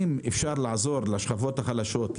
אם אפשר לעזור לשכבות החלשות,